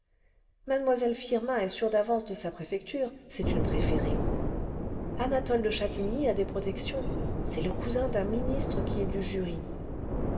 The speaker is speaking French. mu firmin est sûre d'avance de sa préfecture c'est une préférée anatole de chatigny a des protections c'est le cousin d'un ministre qui est du jury